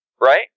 right